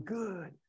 good